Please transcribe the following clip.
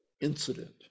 incident